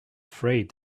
freight